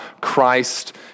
Christ